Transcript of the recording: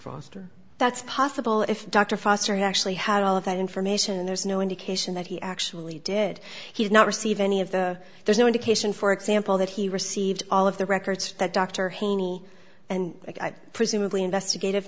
foster that's possible if dr foster actually had all of that information and there's no indication that he actually did he's not receive any of the there's no indication for example that he received all of the records that dr haney and presumably investigative